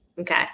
Okay